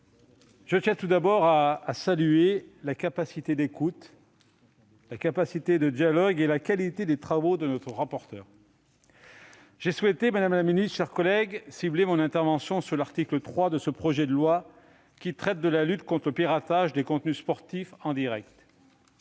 je tiens tout d'abord à saluer la capacité d'écoute, la capacité de dialogue et la qualité des travaux de notre rapporteur. J'ai souhaité, madame la ministre, chers collègues, cibler mon intervention sur l'article 3 de ce projet de loi, qui traite de la lutte contre le piratage des contenus sportifs en direct.